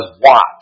watch